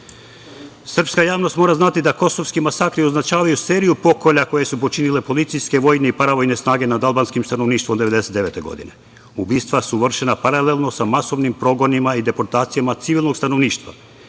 bilo. Srpska javnost mora znati da kosovski masakri označavaju seriju pokolja koje su počinile policijske, vojne i paravojne snage nad albanskim stanovništvom 1999. godine. Ubistva su vršena paralelno sa masovnim progonima i deportacijama civilnog stanovništva.Međunarodni